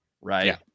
right